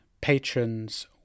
patrons